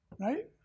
right